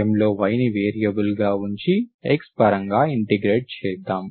M లో y ని వేరియబుల్గా ఉంచి x పరంగా ఇంటిగ్రేట్ చేద్దాం